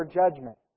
judgment